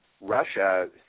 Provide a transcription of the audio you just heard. russia